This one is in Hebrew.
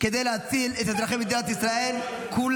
כדי להציל את אזרחי מדינת ישראל כולם.